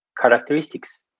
characteristics